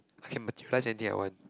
I can materialise anything I want